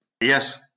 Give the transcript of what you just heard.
Yes